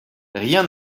rien